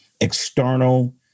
external